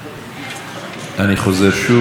אני חוזר שוב, שלוש דקות לכל אחד